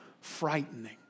frightening